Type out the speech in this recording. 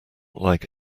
like